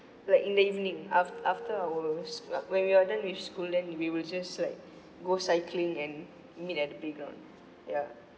like in the evening af~ after our s~ when we are done with school then we will just like go cycling and meet at the playground ya